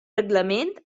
reglament